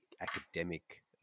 academic